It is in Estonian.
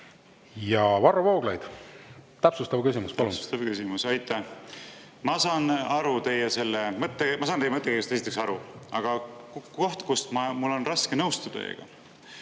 Varro Vooglaid, täpsustav küsimus, palun. Täpsustav küsimus. Aitäh! Ma saan teie mõttekäigust esiteks aru, aga koht, kust mul on raske nõustuda teiega,